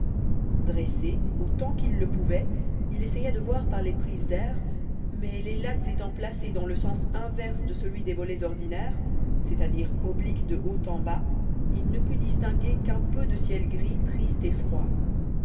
dressé autant qu'il le pouvait il essaya de voir par les prises d'air mais les lattes étant placées dans le sens inverse de celui des volets ordinaires c'est-à-dire obliques de bas en haut il ne put distinguer qu'un peu de ciel gris triste et froid